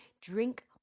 drink